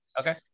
Okay